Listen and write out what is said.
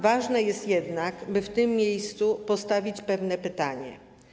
Ważne jest jednak, by w tym miejscu postawić pewne pytanie.